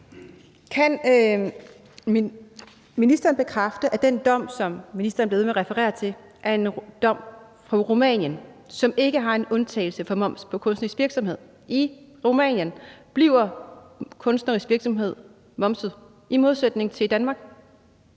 Kan ministeren bekræfte, at den dom, som ministeren bliver ved med at referere til, er en dom fra Rumænien, som ikke har en undtagelse for moms på kunstnerisk virksomhed? I Rumænien bliver kunstnerisk virksomhed momset i modsætning til i Danmark.